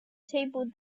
table